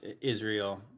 Israel